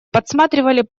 подсматривали